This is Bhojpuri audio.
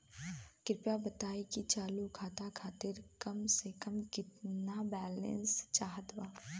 कृपया बताई कि चालू खाता खातिर कम से कम केतना बैलैंस चाहत बा